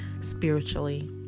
spiritually